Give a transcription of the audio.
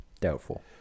Doubtful